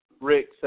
Rick